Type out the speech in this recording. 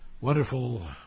wonderful